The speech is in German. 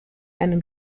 einem